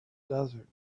desert